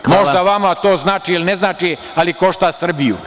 Možda vama to znači ili ne znači, ali košta Srbiju.